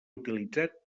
utilitzat